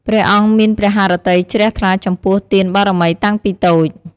ព្រះអង្គមានព្រះហឫទ័យជ្រះថ្លាចំពោះទានបារមីតាំងពីតូច។